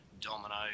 Domino